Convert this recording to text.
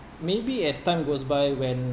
maybe as time goes by when